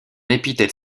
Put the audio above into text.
épithète